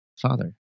Father